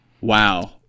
Wow